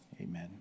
amen